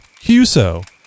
QSO